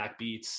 backbeats